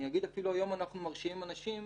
אני אגיד שהיום אנחנו אפילו מרשיעים אנשים